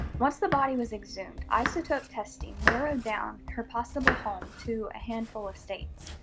once the body was exhumed, isotope testing narrowed down her possible home to a handful of states.